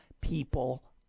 people